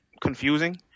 confusing